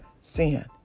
sin